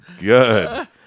good